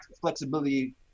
flexibility